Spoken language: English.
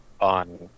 on